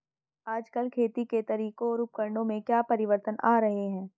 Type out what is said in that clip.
आजकल खेती के तरीकों और उपकरणों में क्या परिवर्तन आ रहें हैं?